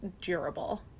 durable